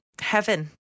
heaven